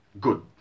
good